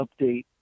update